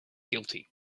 guilty